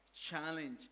challenge